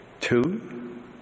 Two